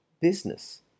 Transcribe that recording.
Business